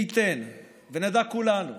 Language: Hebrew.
מי ייתן ונדע כולנו